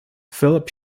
philip